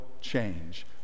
change